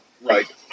Right